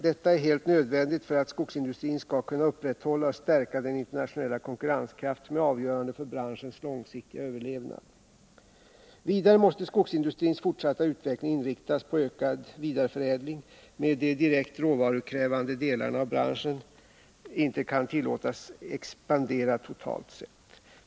Detta är helt nödvändigt för att skogsindustrin skall kunna upprätthålla och stärka den internationella konkurrenskraft som är avgörande för branschens långsiktiga överlevnad. Vidare måste skogsindustrins fortsatta utveckling inriktas på ökad vidareförädling medan de direkt råvarukrävande delarna av branschen inte kan tillåtas expandera totalt sett.